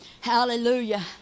Hallelujah